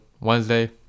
Wednesday